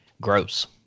gross